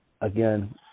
again